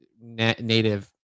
native